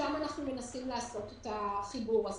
שם אנחנו מנסים לעשות את החיבור הזה.